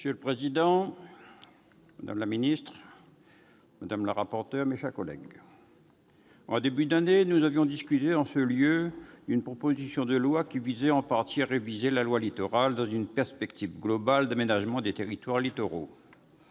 Monsieur le président, madame la secrétaire d'État, madame la rapporteur, mes chers collègues, en début d'année, nous avions discuté en ce lieu d'une proposition de loi tendant en partie à réviser la loi Littoral, dans une perspective globale d'aménagement des territoires littoraux.